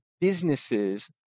businesses